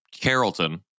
Carrollton